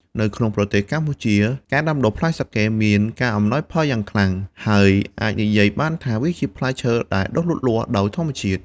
នៅក្នុងប្រទេសកម្ពុជា ការដាំដុះផ្លែសាកេមានការអំណោយផលយ៉ាងខ្លាំង ហើយអាចនិយាយបានថាវាជាផ្លែឈើដែលដុះលូតលាស់ដោយធម្មជាតិ។